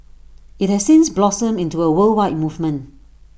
IT has since blossomed into A worldwide movement